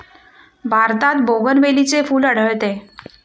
भारतात बोगनवेलीचे फूल आढळते